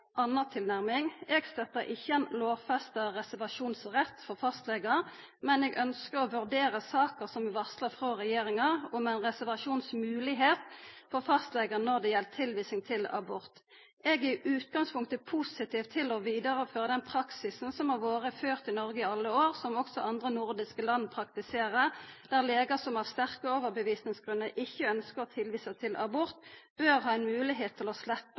anna tilnærming. Eg støttar ikkje ein lovfesta reservasjonsrett for fastlegar, men eg ønskjer å vurdera saka som er varsla frå regjeringa om ei reservasjonsmoglegheit for fastlegar når det gjeld tilvising til abort. Eg er i utgangspunktet positiv til å vidareføra den praksisen som har vore ført i Noreg i alle år, som også andre nordiske land praktiserer, der legar som av sterke overtydingsgrunnar ikkje ønskjer å tilvisa til abort, bør ha ei moglegheit til å